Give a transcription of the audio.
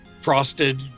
frosted